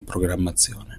programmazione